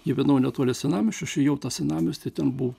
gyvenau netoli senamiesčio aš ėjau į tą senamiestį ten buvo